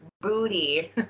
Booty